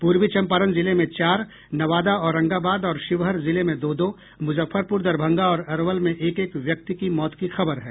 पूर्वी चम्पारण जिले में चार नवादा औरंगाबाद और शिवहर जिले में दो दो मुजफ्फरपुर दरभंगा और अरवल में एक एक व्यक्ति की मौत की खबर है